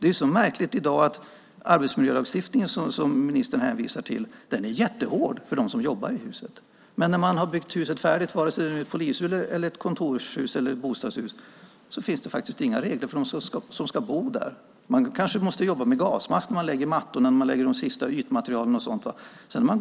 Det är så märkligt i dag att arbetsmiljölagstiftningen, som ministern hänvisar till, är jättehård för dem som jobbar med huset, men sedan huset byggts färdigt - antingen det är ett polishus, kontorshus eller bostadshus - finns det inga regler för dem som ska bo eller arbeta där. Byggarbetarna kanske måste jobba med gasmask när de lägger mattor, lägger på de slutliga ytmaterialen och liknande. Sedan tar man